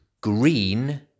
green